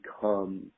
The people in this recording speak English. become